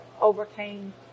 overcame